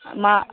మా